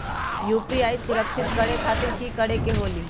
UPI सुरक्षित करे खातिर कि करे के होलि?